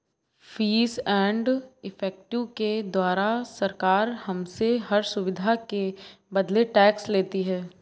fees and effective के द्वारा सरकार हमसे हर सुविधा के बदले टैक्स लेती है